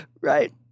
right